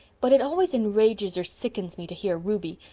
but it always enrages or sickens me to hear ruby,